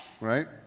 right